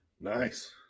Nice